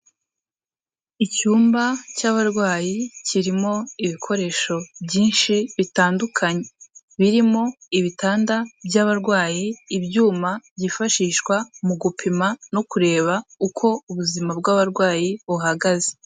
Icyumba cy'abarwayi, kirimo ibikoresho byinshi bitandukanye, birimo ibitanda by'abarwayi, ibyuma byifashishwa mu gupima no kureba uko ubuzima bw'abarwayi buhagaze.